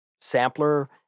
sampler